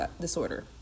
disorder